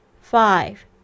Five